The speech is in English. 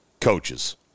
coaches